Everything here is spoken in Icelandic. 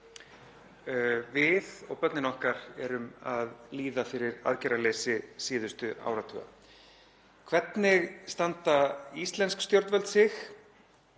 Við og börnin okkar erum að líða fyrir aðgerðaleysi síðustu áratuga. Hvernig standa íslensk stjórnvöld sig?